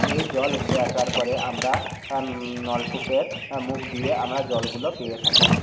এই জল উঠে আসার পরে আমরা নলকূপের মুখ দিয়ে আমরা জলগুলো পেয়ে থাকি